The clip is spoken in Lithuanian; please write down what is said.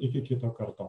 iki kito karto